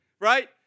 right